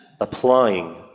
Applying